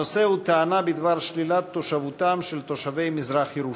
הנושא הוא: טענה בדבר שלילת תושבותם של תושבי מזרח-ירושלים.